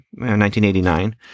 1989